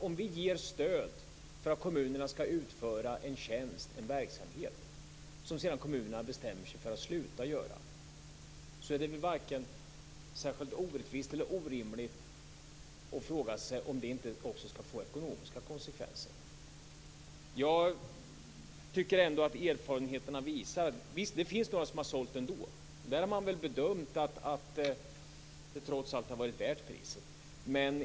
Om vi ger stöd för att kommunerna skall utföra en tjänst, en verksamhet, som sedan kommunerna bestämmer sig för att sluta med, är det varken särskilt orättvist eller orimligt att fråga sig om inte det också skall få ekonomiska konsekvenser. Visst, det finns några som har sålt ändå. Där har man väl bedömt att det trots allt har varit värt priset.